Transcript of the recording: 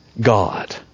God